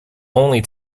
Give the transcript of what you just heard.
only